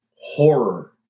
horror